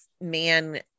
man